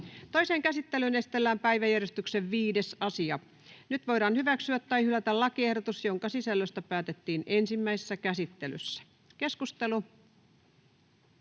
Toiseen käsittelyyn esitellään päiväjärjestyksen 4. asia. Nyt voidaan hyväksyä tai hylätä lakiehdotus, jonka sisällöstä päätettiin ensimmäisessä käsittelyssä. Siellä